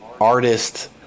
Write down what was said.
artist